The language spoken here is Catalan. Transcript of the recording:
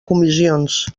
comissions